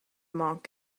monk